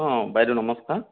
অঁ বাইদেউ নমস্কাৰ